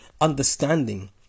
understanding